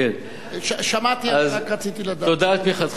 דנו על זה שלוש ישיבות.